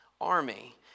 army